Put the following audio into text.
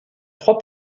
trois